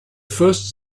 first